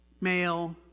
male